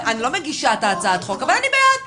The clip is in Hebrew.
אני לא מגישה את הצעת החוק, אבל אני בעד.